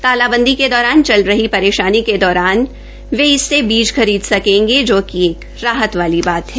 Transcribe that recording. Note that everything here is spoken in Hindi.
तालाबंदी के दौरान चल रही परेशानी के दौर में वे इससे बीज खरीद सकेंगे जो कि एक राहत वाली बात है